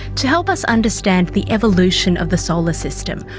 to help us understand the evolution of the solar system,